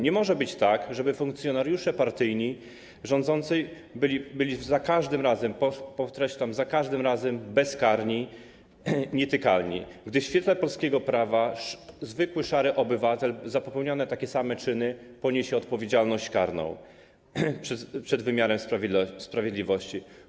Nie może być tak, żeby funkcjonariusze partii rządzącej byli za każdym razem, podkreślam, za każdym razem bezkarni, nietykalni, gdy w świetle polskiego prawa zwykły, szary obywatel za popełnione takie same czyny poniesie odpowiedzialność karną przed wymiarem sprawiedliwości.